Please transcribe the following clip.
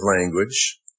language